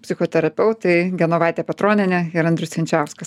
psichoterapeutai genovaitė petronienė ir andrius jančiauskas